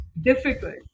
difficult